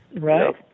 Right